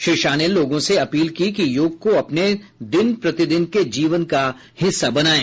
श्री शाह ने लोगों से अपील की कि योग को अपने दिन प्रतिदिन के जीवन का हिस्सा बनाएं